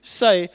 say